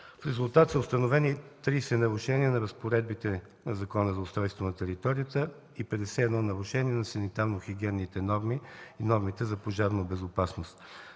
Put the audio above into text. В резултат са установени 30 нарушения на разпоредбите на Закона за устройство на територията и 51 нарушения на санитарно-хигиенните норми и нормите за пожарна безопасност.